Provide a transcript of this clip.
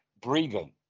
breathing